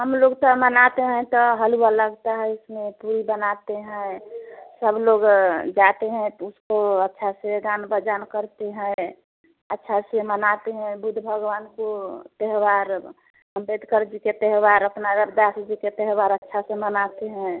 हम लोग तो मनाते हैं तो हलवा लगता है इसमें पूरी बनाते हैं सब लोग जाते हैं तो उसको अच्छा से गान बजान करती हैं अच्छा से मनाते हैं बुद्ध भगवान को त्यौहार अम्बेडकर जी के त्यौहार अपना रविदास जी के त्यौहार अच्छा से मनाते हैं